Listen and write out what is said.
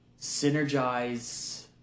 synergize